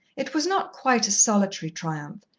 it was not quite a solitary triumph,